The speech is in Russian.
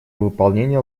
выполнение